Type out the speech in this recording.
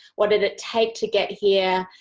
what did it take to get here?